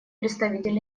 представитель